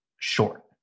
short